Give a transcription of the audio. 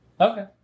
Okay